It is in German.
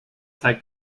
zeigt